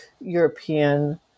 European